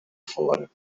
fora